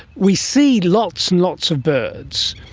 we see lots and lots of birds,